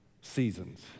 seasons